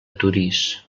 torís